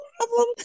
problem